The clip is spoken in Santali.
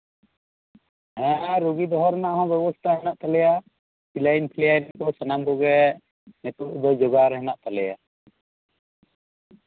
ᱦᱮᱸ ᱨᱩᱜᱤ ᱫᱚᱦᱚ ᱨᱮᱱᱟᱜ ᱦᱚᱸ ᱵᱮᱵᱚᱥᱛᱷᱟ ᱢᱮᱱᱟᱜ ᱛᱟᱞᱮᱭᱟ ᱥᱤᱞᱟᱭᱤᱱ ᱯᱷᱤᱞᱟᱭᱤᱱ ᱥᱟᱱᱟᱢ ᱠᱚᱜᱮ ᱱᱤᱛᱚᱜ ᱫᱚ ᱡᱳᱜᱟᱲ ᱦᱮᱱᱟᱜ ᱛᱟᱞᱮᱭᱟ